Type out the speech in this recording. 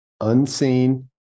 unseen